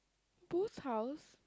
who's house